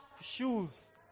shoes